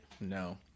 No